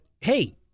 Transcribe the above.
hey